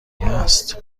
هست